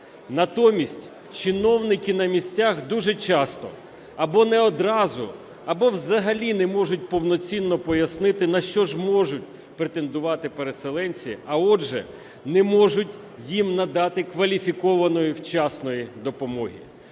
Натомість чиновники на місцях дуже часто або не одразу, або взагалі не можуть повноцінно пояснити на що ж можуть претендувати переселенці, а отже, не можуть їм надати кваліфікованої вчасної допомоги.